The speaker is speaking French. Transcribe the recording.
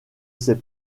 ces